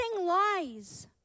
lies